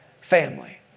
family